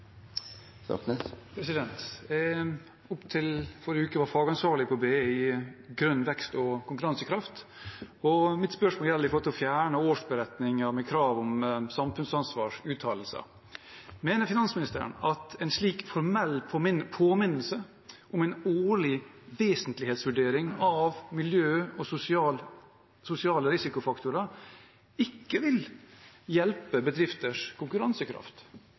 til forrige uke var jeg fagansvarlig på BI innen grønn vekst og konkurransekraft, og mitt spørsmål gjelder det å fjerne årsberetningen med krav om samfunnsansvarsuttalelser. Mener finansministeren at en slik formell påminnelse om en årlig vesentlighetsvurdering av miljø og sosiale risikofaktorer ikke vil hjelpe bedrifters konkurransekraft?